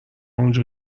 اونجا